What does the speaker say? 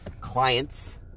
clients